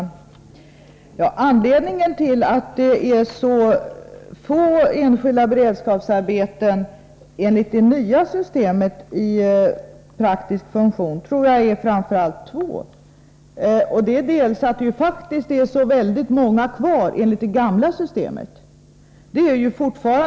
Herr talman! Skälen till att så få enskilda beredskapsarbeten enligt det nya systemet är i praktisk funktion är framför allt två. Först och främst är väldigt många kvar i det gamla systemet.